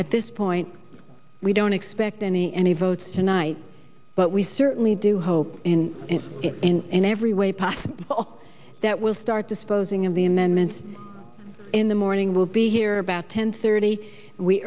at this point we don't expect any any votes tonight but we certainly do hope in every way possible that we'll start disposing of the amendments in the morning we'll be here about ten thirty we